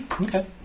Okay